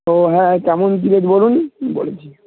ও হ্যাঁ হ্যাঁ কেমন কী রেট বলুন বলে দিচ্ছি